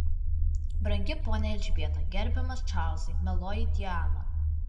brangi ponia elžbieta gerbiamas čarlzai mieloji diana